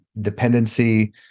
dependency